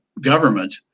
government